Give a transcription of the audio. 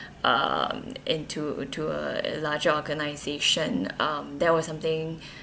um into to a larger organisation um that was something